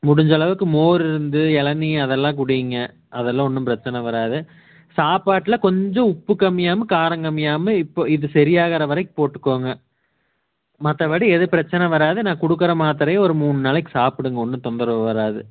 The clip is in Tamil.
முடிஞ்ச அளவுக்கு மோர் இந்த இளநீ அதெல்லாம் குடியுங்க அதெல்லாம் ஒன்றும் பிரச்சனை வராது சாப்பாட்டில் கொஞ்சம் உப்பு கம்மியாகவும் காரம் கம்மியாகவுமே இப்போது இது சரியாகிற வரைக்கும் போட்டுக்கங்க மற்றபடி எதுவும் பிரச்சன வராது நான் கொடுக்கற மாத்திரைய ஒரு மூணு நாளைக்கு சாப்பிடுங்க ஒன்றும் தொந்தரவு வராது